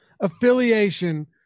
affiliation